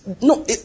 No